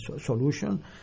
solution